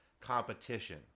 competition